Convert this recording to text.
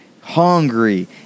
hungry